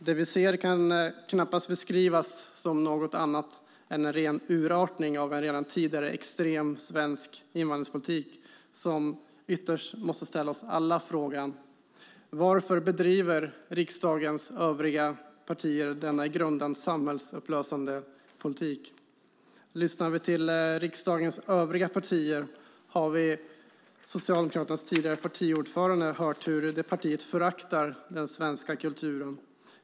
Det vi ser kan knappast beskrivas som något annat än en ren urartning av en redan tidigare extrem svensk invandringspolitik som ytterst gör att vi alla måste ställa oss frågan: Varför bedriver riksdagens övriga partier denna i grunden samhällsupplösande politik? Lyssnar vi till riksdagens övriga partier har vi från Socialdemokraternas tidigare partiordförande hört hur detta parti föraktar den svenska kulturen.